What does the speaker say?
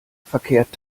verkehrt